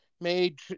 made